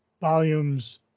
volumes